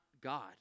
God